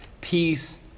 peace